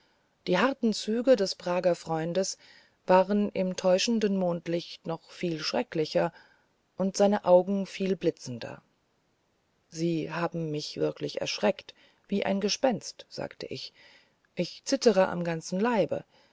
die harten züge des prager freundes waren im täuschenden mondlicht noch viel schrecklicher und seine augen viel blitzender sie haben mich wirklich erschreckt wie ein gespenst sagte ich ich zittere am ganzen leibe